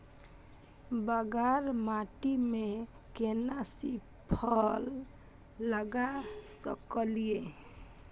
बांगर माटी में केना सी फल लगा सकलिए?